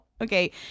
Okay